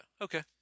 Okay